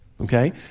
okay